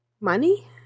money